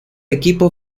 equipo